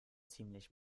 ziemlich